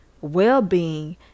well-being